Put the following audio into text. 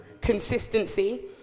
consistency